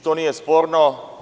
To nije sporno.